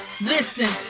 Listen